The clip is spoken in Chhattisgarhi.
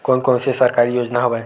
कोन कोन से सरकारी योजना हवय?